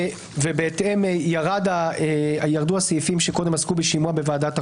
בהתאם גם ירדו הסעיפים שקודם עסקו בשימוע בוועדת החוקה.